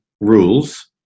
rules